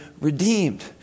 redeemed